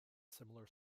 similar